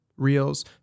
Reels